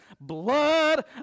blood